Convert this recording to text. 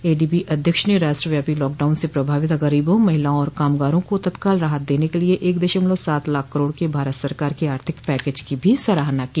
ADB अध्यक्ष ने राष्ट्र व्यापी लॉकडाउन से प्रभावित गरीबों महिलाओं और कामगारों को तत्काल राहत देने के लिए एक दशमलव सात लाख करोड़ के भारत सरकार के आर्थिक पैकेज की भी सराहना की